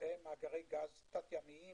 במאגרי גז תת-ימיים